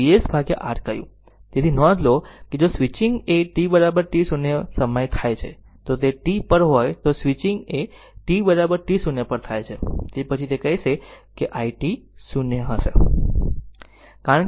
તેથી નોંધ લો કે જો સ્વિચિંગ એ t t 0 સમયે થાય છે જો તે t પર હોય તો સ્વિચિંગ એ t t 0 પર થાય છે તે પછી તે હશે કે તે i t 0 હશે